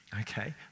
okay